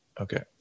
Okay